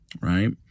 Right